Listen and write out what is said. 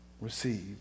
receive